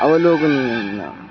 अवलोकनीयं नाम